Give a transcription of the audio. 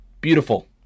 beautiful